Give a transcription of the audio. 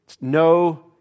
No